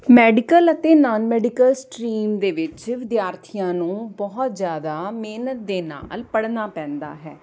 medical ਅਤੇ non medical stream ਦੇ ਵਿੱਚ ਵਿਦਿਆਰਥੀਆਂ ਨੂੰ ਬਹੁਤ ਜ਼ਿਆਦਾ ਮਿਹਨਤ ਦੇ ਨਾਲ ਪੜ੍ਹਨਾ ਪੈਂਦਾ ਹੈ